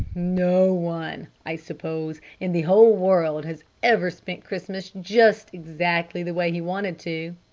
no one, i suppose, in the whole world, has ever spent christmas just exactly the way he wanted to!